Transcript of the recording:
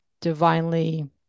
divinely